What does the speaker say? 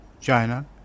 China